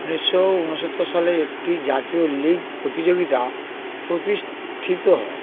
উনিশশো উনসত্তর সালে একটি জাতীয় লীগ প্রতিযোগিতা প্রতিষ্ঠিত হয়